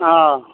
हँ